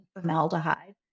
formaldehyde